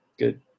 good